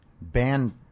ban